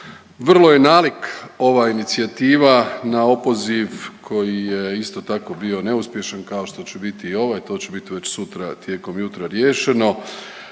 Vrlo je nalik ova inicijativa na opoziv koji je isto tako bio neuspješan kao što će biti i ovaj to će bit već sutra tijekom jutra riješeno,